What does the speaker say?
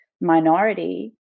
minority